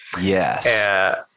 Yes